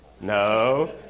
no